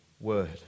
word